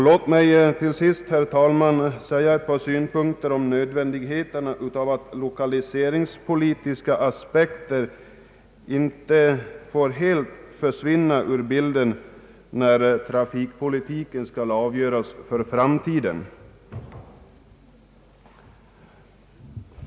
Låt mig till sist, herr talman, anföra ett par synpunkter om nödvändigheten av att den lokaliseringspolitiska aspekten inte får helt försvinna ur bilden när trafikpolitiken skall avgöras för framtiden.